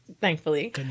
thankfully